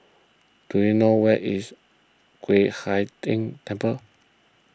do you know where is Yueh Hai Ching Temple